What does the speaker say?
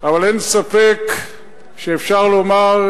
אבל אין ספק שאפשר לומר,